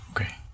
Okay